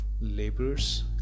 laborers